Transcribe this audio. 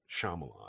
Shyamalan